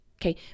Okay